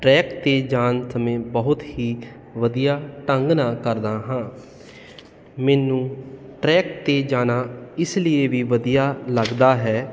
track 'ਤੇ ਜਾਣ ਸਮੇਂ ਬਹੁਤ ਹੀ ਵਧੀਆ ਢੰਗ ਨਾਲ ਕਰਦਾ ਹਾਂ ਮੈਨੂੰ ਟਰੈਕ 'ਤੇ ਜਾਣਾ ਇਸ ਲੀਏ ਵੀ ਵਧੀਆ ਲੱਗਦਾ ਹੈ